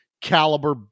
caliber